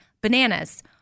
bananas